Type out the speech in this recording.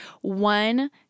one